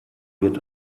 wird